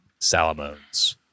Salamones